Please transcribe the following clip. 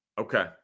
Okay